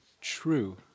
True